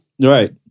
Right